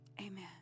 amen